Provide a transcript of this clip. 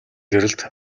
гэрэлд